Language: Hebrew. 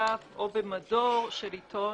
במוסף או במדור של עיתון